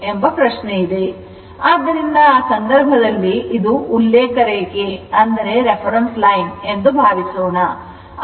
ಎಂಬ ಪ್ರಶ್ನೆ ಇದೆ ಆದ್ದರಿಂದ ಆ ಸಂದರ್ಭದಲ್ಲಿ ಇದು ಉಲ್ಲೇಖ ರೇಖೆ ಎಂದು ಭಾವಿಸೋಣ